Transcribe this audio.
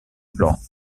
plans